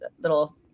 little